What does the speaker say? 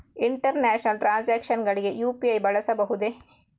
International transactions ಗಳಿಗೆ UPI ಬಳಸಬಹುದೇ?